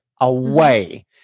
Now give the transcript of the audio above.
away